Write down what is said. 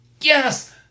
Yes